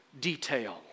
detail